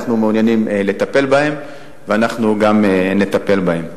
אנחנו מעוניינים לטפל בהם ואנחנו גם נטפל בהם.